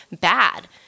bad